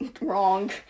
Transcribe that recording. wrong